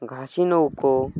ঘাসি নৌকা